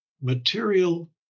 material